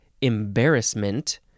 embarrassment